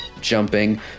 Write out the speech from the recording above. jumping